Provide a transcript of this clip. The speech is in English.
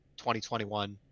2021